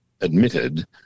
admitted